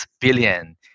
billion